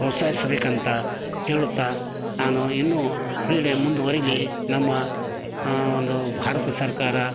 ಪ್ರೋತ್ಸಾಹಿಸ್ಬೇಕಂತ ಹೇಳುತ್ತ ನಾನು ಇನ್ನು ಕ್ರೀಡೆ ಮುಂದುವರೀಲಿ ನಮ್ಮ ಒಂದು ಭಾರತ ಸರ್ಕಾರ